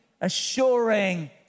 assuring